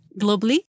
globally